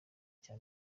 cya